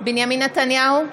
בנימין נתניהו,